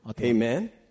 amen